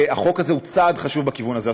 והחוק הזה הוא צעד חשוב בכיוון הזה,